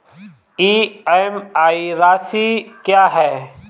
EMI राशि क्या है?